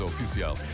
Oficial